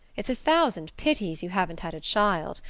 it's a thousand pities you haven't had a child.